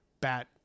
bat